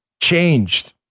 changed